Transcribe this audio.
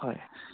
হয়